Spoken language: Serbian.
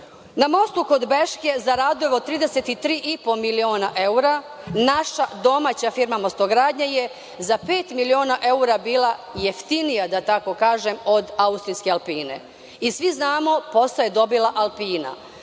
Na mostu kod Beške za radove od 33,5 miliona evra naša domaća firma „Mostogradnja“ je za pet miliona evra bila jeftinija da tako kažem od austrijske „Alpine“. Svi znamo posao je dobila „Alpina“.